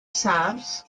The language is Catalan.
sards